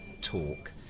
talk